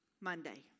Monday